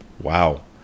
Wow